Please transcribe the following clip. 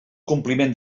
compliment